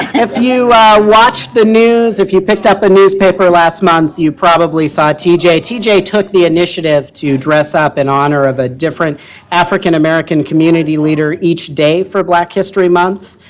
if you watch the news, if you picked up a newspaper last month, you probably saw t. j. t. j. took the initiative to dress up in honor of a different african american community leader each day for black history month.